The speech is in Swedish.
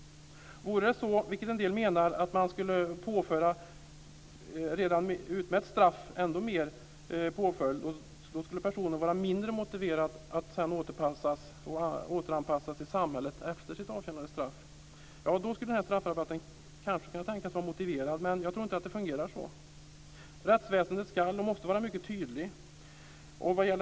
Vore det så, vilket en del menar, att en person som skulle påföras ökad påföljd till redan utmätt straff skulle vara mindre motiverad att återanpassas till samhället efter avtjänat straff, skulle straffrabatten kanske kunna tänkas vara motiverad, men jag tror inte att det fungerar så. Rättsväsendet ska och måste vara mycket tydligt.